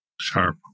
sharp